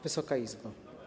Wysoka Izbo!